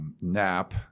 Nap